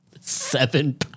Seven